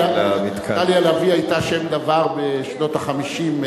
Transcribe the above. דליה לביא היתה שם דבר בשנות ה-50.